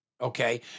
Okay